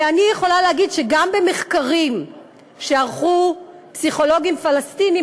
ואני יכולה להגיד שגם במחקרים שערכו פסיכולוגים פלסטינים,